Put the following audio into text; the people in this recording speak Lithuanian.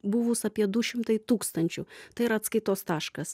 buvus apie du šimtai tūkstančių tai yra atskaitos taškas